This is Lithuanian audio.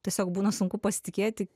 tiesiog būna sunku pasitikėti